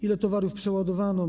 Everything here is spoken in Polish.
Ile towarów przeładowano?